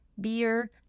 beer